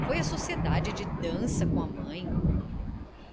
foi à sociedade de dança com a mãe